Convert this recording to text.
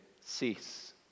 cease